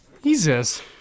Jesus